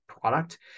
product